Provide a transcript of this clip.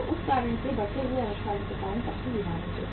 तो उस कारण से बढ़ते हुए आविष्कारों के कारण कंपनी बीमार हो गई